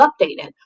updated